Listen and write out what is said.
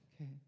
okay